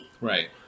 Right